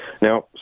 Now